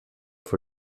for